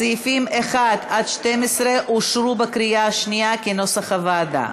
הסעיפים 1 12 התקבלו בקריאה שנייה, כנוסח הוועדה.